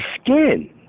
skin